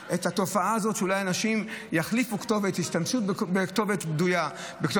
את הבעיות, שהם צריכים הצהרה של עורך דין, מכיוון